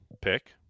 pick